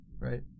Right